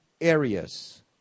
areas